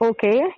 Okay